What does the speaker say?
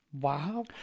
Wow